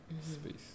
space